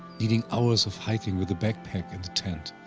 needing hours of hiking with a backpack and a tent.